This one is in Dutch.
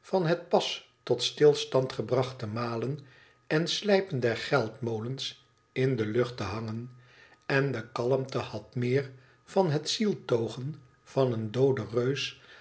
van het pas tot stilstand gebrachte malen en slijpen der geld molens in de lucht te hangen en de kalmte had meer van het zieltogen van een dooden reus